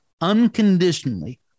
unconditionally